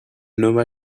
nomma